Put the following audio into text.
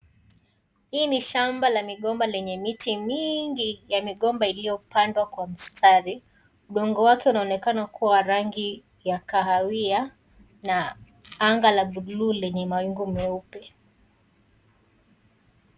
Hii ni shamba la migomba lenye mitii mingi ya migomba iliyopandwa kwa mstari, udongo wake unaonekana kuwa rangi ya kahawia na anga la buluu lenye mawingu meupe.